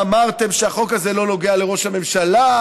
ואמרתם שהחוק הזה לא נוגע לראש הממשלה,